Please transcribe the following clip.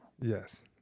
yes